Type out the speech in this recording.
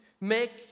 make